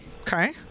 Okay